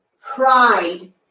pride